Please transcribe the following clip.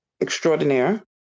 extraordinaire